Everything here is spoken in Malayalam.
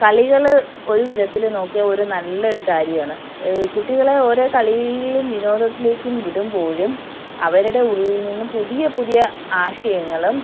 കളികൾ ഒരുവിധത്തിൽ നോക്കിയാൽ ഒരു നല്ലൊരു കാര്യമാണ് കുട്ടികളെ ഓരോ കളിയിലും വിനോദത്തിലേക്കും വിടുമ്പോഴും അവരുടെ ഉള്ളിൽ നിന്നും പുതിയ പുതിയ ആശയങ്ങളും